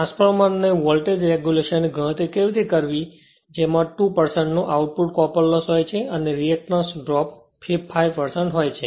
ટ્રાન્સફોર્મરના વોલ્ટેજ રેગુલેશનની ગણતરી કેવી રીતે કરવી કે જેમાં 2 આઉટપુટનો કોપર લોસ હોય છે અને રિએક્ટેન્સ ડ્રોપ 5 હોય છે